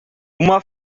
uma